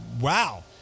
wow